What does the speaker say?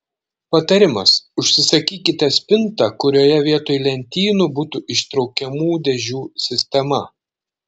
patarimas užsisakykite spintą kurioje vietoj lentynų būtų ištraukiamų dėžių sistema